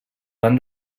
van